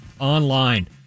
online